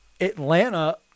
Atlanta